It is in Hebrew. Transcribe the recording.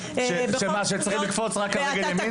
שמה שצריך לקפוץ רק על רגל ימין?